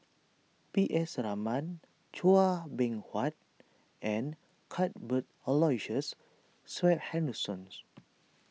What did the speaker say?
P S Raman Chua Beng Huat and Cuthbert Aloysius Shepherdsons